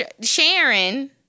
Sharon